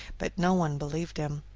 but no one believed him.